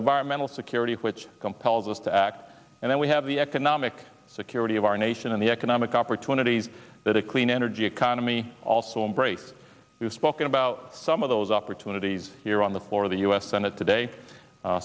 environmental security which compels us to act and then we have the economic security of our nation and the economic opportunities that a clean energy economy also embrace we've spoken about some of those opportunities here on the floor of the u s senate today